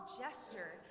gesture